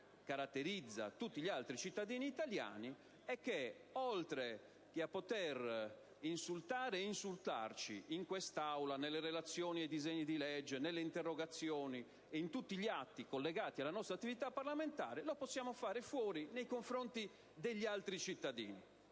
caratterizza tutti gli altri cittadini italiani e che egli, oltre che a poter insultare (e insultarci) in quest'Aula, nelle relazioni che accompagnano i disegni di legge, nelle interrogazioni e in tutti gli atti collegati alla nostra attività parlamentare, lo può fare fuori di qui nei confronti degli altri cittadini.